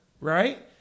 right